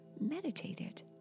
meditated